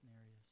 areas